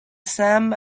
sum